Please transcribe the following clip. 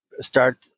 start